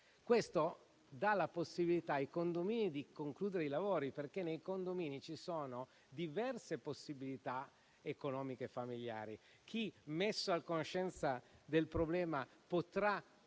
condomini la possibilità di concludere i lavori, perché nei condomini ci sono diverse possibilità economiche familiari: chi, messo a conoscenza del problema, potrà